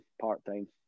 part-time